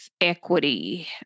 equity